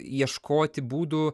ieškoti būdų